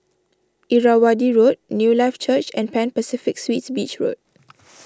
Irrawaddy Road Newlife Church and Pan Pacific Suites Beach Road